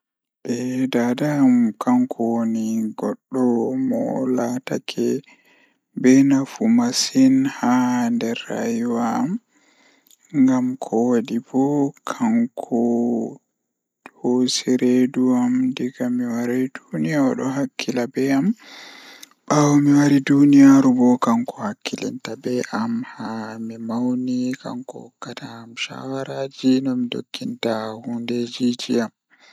Eh Daada am kanko woni goɗɗo mo laatake So miɗo waawi ɗum ko goɗɗum, aɗa yiɗi wonde joomi kadi kaɗi ko amɗo ndiyanɗo. Ko waɗi joomo miin, sabu o waɗi feewi ɗum fi mbaawi waɗe. Miɗo jooɗi e hoore ko waɗde, o waɗi miŋ kaɗi o waɗi saama sabu o tiiɗi. Jooni, miɗo waawi faamii ɗum